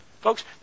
Folks